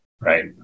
Right